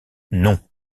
non